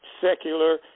secular